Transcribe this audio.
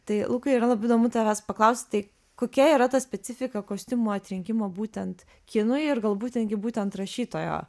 tai lukai yra labai įdomu tavęs paklaust tai kokia yra ta specifika kostiumų atrinkimo būtent kinui ir galbūt netgi būtent rašytojo